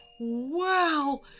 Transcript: Wow